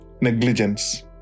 Negligence